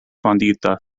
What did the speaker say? fondita